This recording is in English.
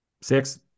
Six